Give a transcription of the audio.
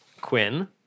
Quinn